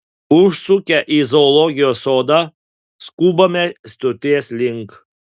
užsukę į zoologijos sodą skubame stoties link